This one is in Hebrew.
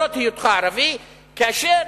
החשש